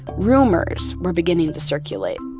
rumors were beginning and to circulate.